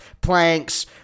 planks